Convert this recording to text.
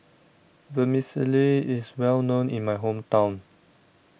Vermicelli IS Well known in My Hometown